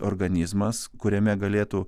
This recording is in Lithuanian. organizmas kuriame galėtų